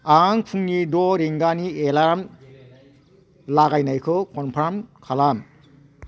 आं फुंनि द' रिंगानि एलार्म लागायनायखौ कनफार्म खालाम